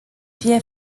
fie